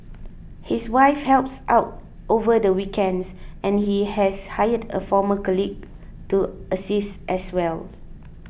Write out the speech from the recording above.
his wife helps out over the weekends and he has hired a former colleague to assist as well